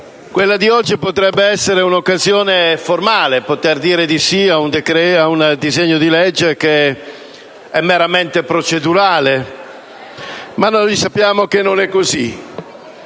Quella di oggi potrebbe essere un'occasione formale: poter dire di sì a un disegno di legge che è meramente procedurale. Ma sappiamo che non è così,